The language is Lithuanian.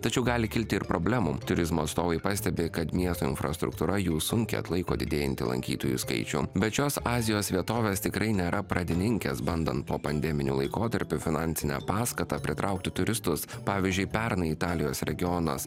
tačiau gali kilti ir problemų turizmo atstovai pastebi kad miesto infrastruktūra jų sunkiai atlaiko didėjantį lankytojų skaičių bet šios azijos vietovės tikrai nėra pradininkės bandant popandeminiu laikotarpiu finansine paskata pritraukti turistus pavyzdžiui pernai italijos regionas